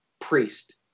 priest